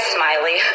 Smiley